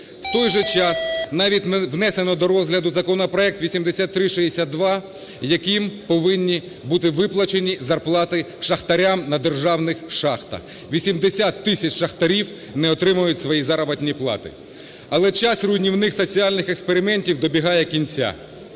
В той же час навіть не внесено до розгляду законопроект 8362, яким повинні бути виплачені зарплати шахтарям на державних шахтах. 80 тисяч шахтарів не отримають свої заробітні плати. Але час руйнівних соціальних експериментів добігає кінця.